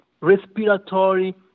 respiratory